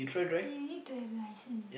you will need to have license